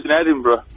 Edinburgh